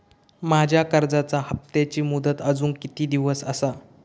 माझ्या कर्जाचा हप्ताची मुदत अजून किती दिवस असा?